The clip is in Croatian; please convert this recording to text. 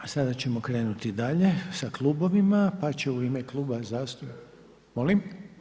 Sada ćemo krenuti dalje sa klubovima, pa će u ime Kluba zastupnika… … [[Upadica se ne čuje.]] Molim?